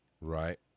right